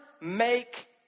make